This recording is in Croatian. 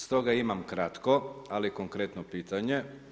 Stoga imam kratko ali konkretno pitanje.